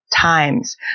times